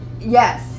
Yes